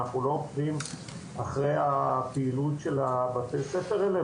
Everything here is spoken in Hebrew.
אנחנו לא עוקבים אחרי הפעילות של הבתי ספר האלה.